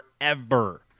forever